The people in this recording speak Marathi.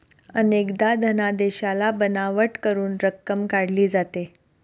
अनेकदा धनादेशाला बनावट करून रक्कम काढली जाते